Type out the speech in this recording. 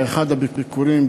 באחד הביקורים,